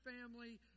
family